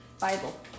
Bible